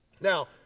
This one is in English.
Now